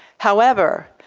however,